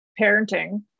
parenting